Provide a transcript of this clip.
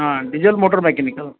हा diesel motor mechanical